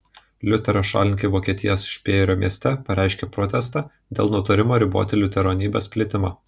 liuterio šalininkai vokietijos špėjerio mieste pareiškė protestą dėl nutarimo riboti liuteronybės plitimą